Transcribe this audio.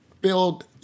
build